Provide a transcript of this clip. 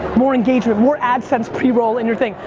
more engagement, more ad sense pre-roll in your thing,